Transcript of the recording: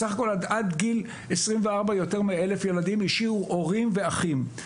סך הכול עד גיל 24 יותר מ-1,000 ילדים השאירו הורים ואחים.